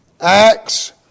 Acts